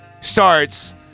starts